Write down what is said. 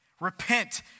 Repent